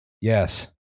yes